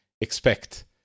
expect